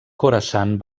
khorasan